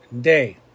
day